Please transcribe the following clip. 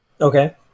Okay